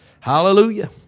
Hallelujah